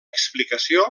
explicació